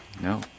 No